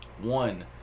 One